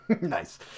Nice